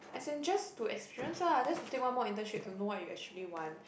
as in just to experience lah just to take one more internship to know what you actually want